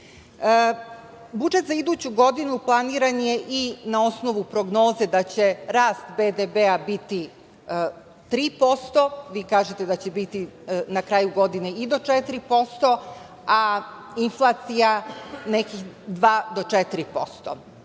za iduću godinu planiran je i na osnovu prognoze da će rast BDP biti 3%. Vi kažete da će biti na kraju godine i do 4%, a inflacija nekih 2% do